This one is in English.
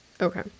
Okay